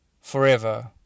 forever